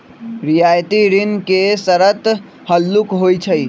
रियायती ऋण के शरत हल्लुक होइ छइ